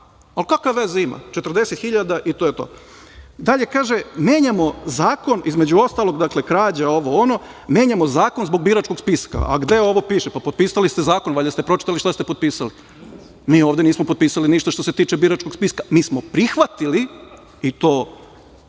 ali kakve veze ima – 40.000 i to je to. Dalje kaže – menjamo zakon, između ostalog, krađa, ovo, ono, zbog biračkog spiska. A gde ovo piše? Pa, potpisali ste zakon. Valjda ste pročitali šta ste potpisali? Mi ovde nismo potpisali ništa što se tiče biračkog spiska. Mi smo prihvatili i to želim